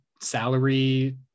salary